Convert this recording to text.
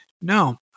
no